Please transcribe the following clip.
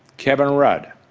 kevin rudd,